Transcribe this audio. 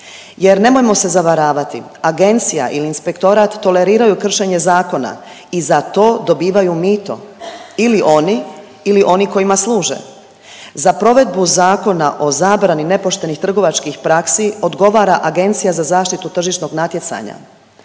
Jer nemojmo se zavaravati agencija ili inspektorat toleriraju kršenje zakona i za to dobivaju mito ili oni ili oni kojima služe. Za provedbu Zakona o zabrani nepoštenih trgovačkih praksi odgovara Agencija za zaštitu tržišnog natjecanja.